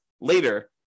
later